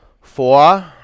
Four